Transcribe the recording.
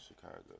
Chicago